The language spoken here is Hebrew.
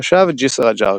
תושב ג'סר א-זרקא.